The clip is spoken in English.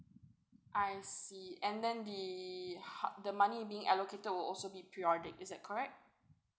I see and then the ha~ the money being allocated will also be periodic is that correct